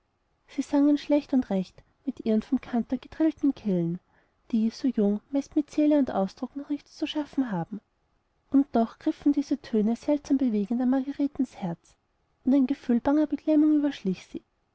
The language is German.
sie sangen schlecht und recht mit ihren vom stadtkantor gedrillten kehlen die so jung meist mit seele und ausdruck noch nichts zu schaffen haben und doch griffen diese töne seltsam bewegend an margaretens herz und ein gefühl banger beklemmung überschlich sie